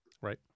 Right